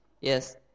Yes